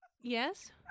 Yes